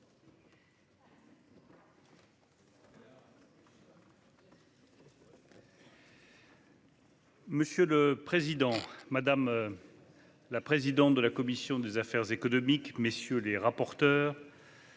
Monsieur le président, madame la présidente de la commission des affaires économiques, madame, messieurs les rapporteurs,